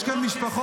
יש כאן משפחות,